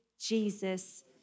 Jesus